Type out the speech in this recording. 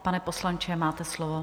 Pane poslanče, máte slovo.